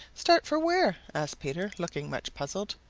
start for where? asked peter, looking much puzzled.